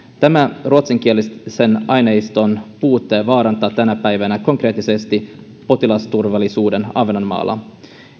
tämä ruotsinkielisen aineiston puute vaarantaa tänä päivänä konkreettisesti potilasturvallisuuden ahvenanmaalla